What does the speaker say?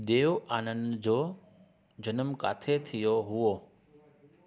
देव आनंद जो ॼनमु किते थियो हुओ